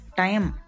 time